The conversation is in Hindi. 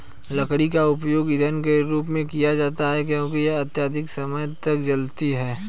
लकड़ी का उपयोग ईंधन के रूप में किया जाता है क्योंकि यह अधिक समय तक जलती है